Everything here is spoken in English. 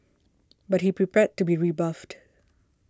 but be prepared to be rebuffed